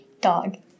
dog